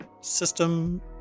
system